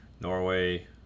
Norway